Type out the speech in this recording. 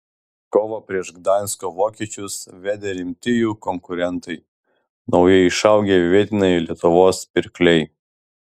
kovą prieš gdansko vokiečius vedė rimti jų konkurentai naujai išaugę vietiniai lietuvos pirkliai